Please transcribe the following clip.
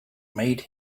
made